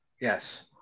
yes